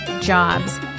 jobs